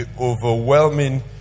overwhelming